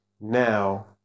now